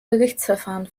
gerichtsverfahren